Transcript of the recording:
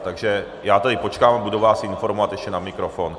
Takže já tedy počkám a budu vás informovat ještě na mikrofon.